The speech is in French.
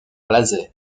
laser